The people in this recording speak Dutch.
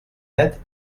net